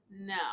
No